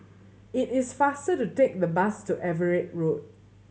it is faster to take the bus to Everitt Road